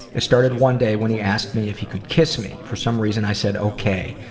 it started one day when he asked me if he could kiss me. for some reason, i said okay.